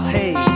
hey